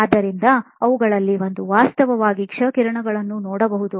ಆದ್ದರಿಂದ ಅವುಗಳಲ್ಲಿ ಒಂದು ವಾಸ್ತವವಾಗಿ ಕ್ಷ ಕಿರಣಗಳನ್ನು ನೋಡಬಹುದು